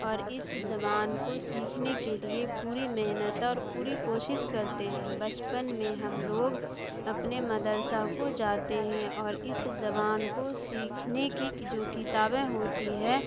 اور اس زبان کو سیکھنے کے لیے پوری محنت اور پوری کوشش کرتے ہیں بچپن میں ہم لوگ اپنے مدرسہ کو جاتے ہیں اور اس زبان کو سیکھنے کی جو کتابیں ہوتی ہے